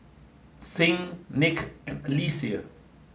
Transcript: Sing Nick and Alexia